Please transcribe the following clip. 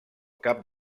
cap